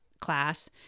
class